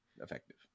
effective